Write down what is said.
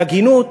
והגינות